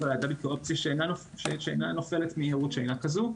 הלהט"בית כאופציה שאינה נופלת מהורות שאינה כזאת.